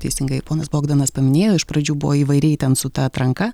teisingai ponas bogdanas paminėjo iš pradžių buvo įvairiai ten su ta atranka